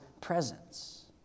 presence